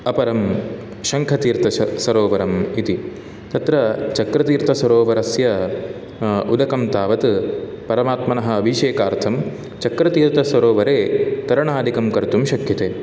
अपरं शङ्कतीर्थ श सरोवरम् इति तत्र चक्रतीर्थ सरोवरस्य उदकं तावत् परमात्मनः अभिषेकार्थं चक्रतीर्थसरोवरे तरणादिकं कर्तुं शक्यते